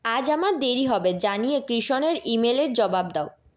আজ আমার দেরি হবে জানিয়ে কৃষনের ইমেলের জবাব দাও